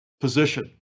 position